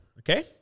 Okay